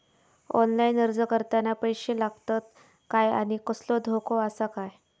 Online अर्ज करताना पैशे लागतत काय आनी कसलो धोको आसा काय?